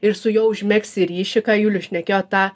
ir su juo užmegsi ryšį ką julius šnekėjo tą